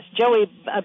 Joey